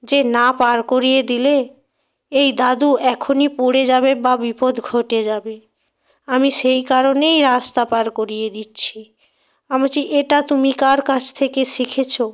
যে না পার করিয়ে দিলে এই দাদু এখনি পড়ে যাবে বা বিপদ ঘটে যাবে আমি সেই কারণেই রাস্তা পার করিয়ে দিচ্ছি আমি বলছি এটা তুমি কার কাছ থেকে শিখেছো